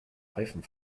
reifen